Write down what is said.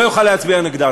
לא יוכל להצביע נגדה.